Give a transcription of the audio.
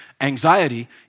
Anxiety